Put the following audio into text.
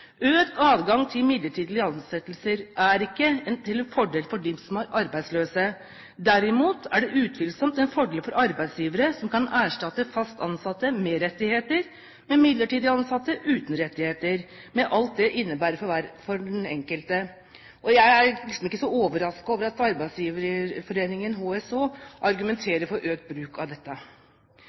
Økt adgang til midlertidige ansettelser er ikke til fordel for dem som er arbeidsløse. Derimot er det utvilsomt en fordel for arbeidsgivere, som kan erstatte fast ansatte med rettigheter, med midlertidig ansatte uten rettigheter, med alt det det innebærer for den enkelte. Jeg er ikke så overrasket over at arbeidsgiverforeningen, HSH, argumenterer for økt bruk av dette.